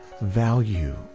value